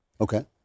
Okay